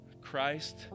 Christ